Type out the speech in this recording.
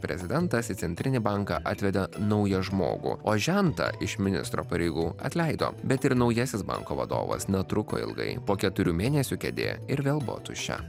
prezidentas į centrinį banką atvedė naują žmogų o žentą iš ministro pareigų atleido bet ir naujasis banko vadovas netruko ilgai po keturių mėnesių kėdė ir vėl buvo tuščia